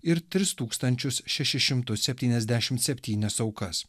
ir tris tūkstančius šešis šimtus septyniasdešim septynias aukas